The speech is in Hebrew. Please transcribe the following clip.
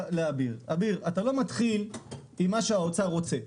אביר, אתה לא מתחיל עם מה שהאוצר רוצה.